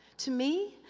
to me,